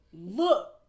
look